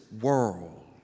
world